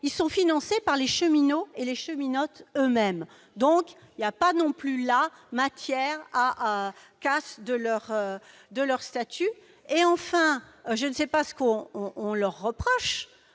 sont financés par les cheminots et les cheminotes eux-mêmes. Il n'y a donc pas, là non plus, matière à casser leur statut. Enfin, je ne sais pas ce qu'on leur reproche